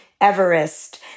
Everest